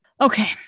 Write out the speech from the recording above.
Okay